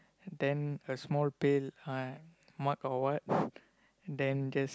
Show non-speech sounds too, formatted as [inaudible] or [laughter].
and then a small pail uh mug or what [breath] and then just